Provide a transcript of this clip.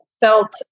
felt